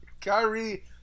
Kyrie